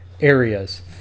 areas